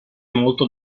molto